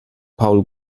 paul